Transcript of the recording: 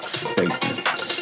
statements